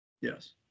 Yes